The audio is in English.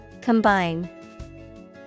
Combine